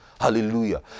Hallelujah